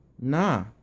nah